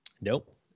Nope